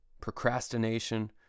procrastination